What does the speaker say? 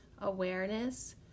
awareness